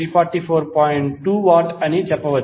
2 watt అని చెప్పవచ్చు